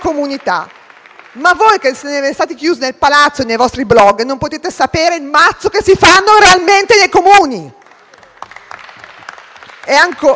Ma voi che siete rimasti chiusi nel palazzo e nei vostri *blog* non potete sapere il mazzo che si fanno realmente nei Comuni.